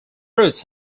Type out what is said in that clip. roots